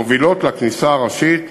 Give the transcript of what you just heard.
המובילות לכניסה הראשית,